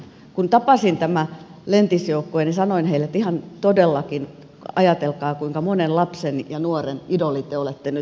kun tapasin tämän lentisjoukkueen niin sanoin heille että ihan todellakin ajatelkaa kuinka monen lapsen ja nuoren idoleita te olette nyt